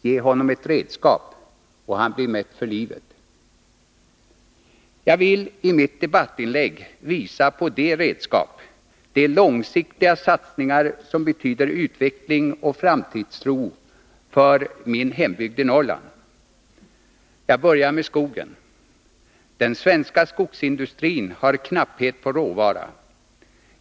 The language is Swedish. Ge honom ett redskap — och han blir mätt för livet.” Jag vill i mitt debattinlägg visa på de redskap, de långsiktiga satsningar, som betyder utveckling och framtidstro för min hembygd i Norrland. Jag börjar med skogen. Den svenska skogsindustrin har knapphet på råvara.